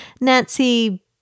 Nancy